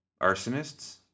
Arsonists